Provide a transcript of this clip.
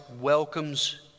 welcomes